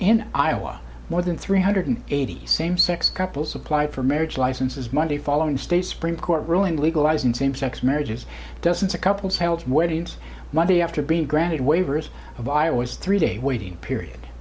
in iowa more than three hundred eighty same sex couples apply for marriage licenses monday following state supreme court ruling legalizing same sex marriages dozens of couples held weddings monday after being granted waivers of iowa's three day waiting period